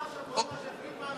כל מה שפרידמן עשה הוא טוב.